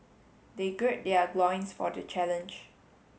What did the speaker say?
they gird their loins for the challenge